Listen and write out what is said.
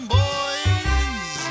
boys